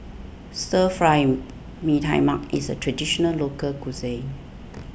Stir Fry Mee Tai Mak is a Traditional Local Cuisine